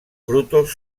frutos